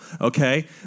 Okay